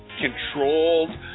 controlled